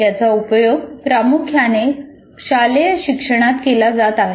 याचा उपयोग प्रामुख्याने शालेय शिक्षणात केला जात असे